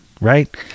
Right